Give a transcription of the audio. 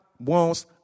wants